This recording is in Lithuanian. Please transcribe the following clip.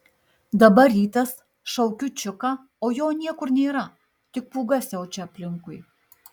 dabar rytas šaukiu čiuką o jo niekur nėra tik pūga siaučia aplinkui